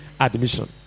admission